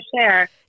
share